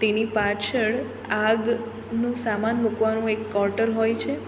તેની પાછળ આગનું સામાન મૂકવાનું એક કૉટર હોય છે